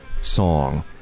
song